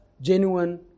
genuine